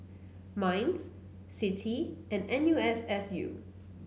Minds CITI and N U S S U